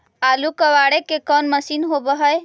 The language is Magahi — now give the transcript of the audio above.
आलू कबाड़े के कोन मशिन होब है?